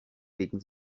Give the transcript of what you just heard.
wegen